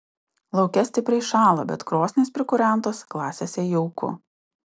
lauke stipriai šąla bet krosnys prikūrentos klasėse jauku